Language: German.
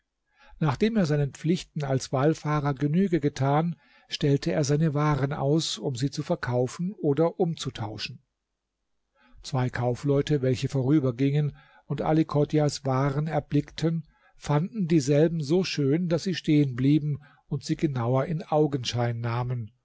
nachdem er seinen pflichten als wallfahrer genüge getan stellte er seine waren aus um sie zu verkaufen oder umzutauschen zwei kaufleute welche vorübergingen und ali chodjahs waren erblickten fanden dieselben so schön daß sie stehen blieben und sie genauer in